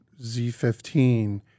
Z15